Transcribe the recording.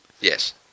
Yes